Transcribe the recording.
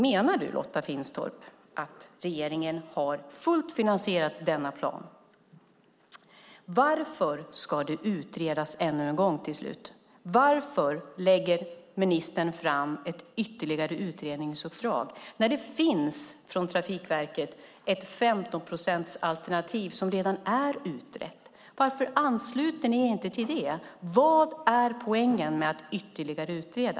Menar du, Lotta Finstorp, att regeringen har finansierat denna plan fullt ut? Varför ska det utredas ännu en gång? Varför lägger ministern ett ytterligare utredningsuppdrag när det finns från Trafikverket ett 15 procents alternativ som redan är utrett? Varför ansluter ni inte till det? Vad är poängen med att ytterligare utreda?